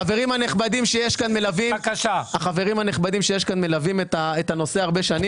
החברים הנכבדים שנמצאים כאן מלווים את הנושא הרבה שנים